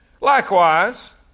Likewise